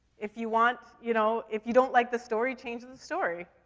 if you want, you know, if you don't like the story, change the story,